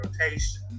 rotation